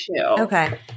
Okay